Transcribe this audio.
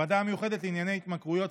הוועדה המיוחדת לענייני התמכרויות,